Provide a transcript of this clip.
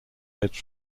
heads